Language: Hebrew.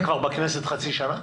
אתה בכנסת כבר חצי שנה?